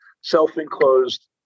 self-enclosed